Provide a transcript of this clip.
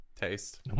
taste